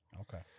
Okay